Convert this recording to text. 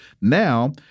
Now